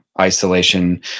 isolation